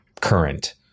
current